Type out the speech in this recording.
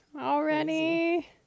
already